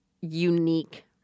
unique